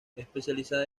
especializada